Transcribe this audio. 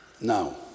now